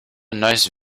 nice